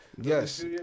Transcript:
Yes